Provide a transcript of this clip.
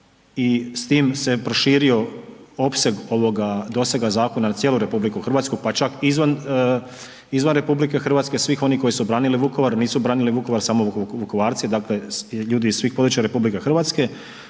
i s tim se proširio opseg ovoga dosega zakona za cijelu RH, pa čak izvan, izvan RH, svih oni koji su branili Vukovar, nisu branili Vukovar samo Vukovarci, dakle ljudi iz svih područja RH, onda